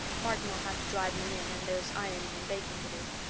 martin will have to drive me in and there's ironing and baking to do.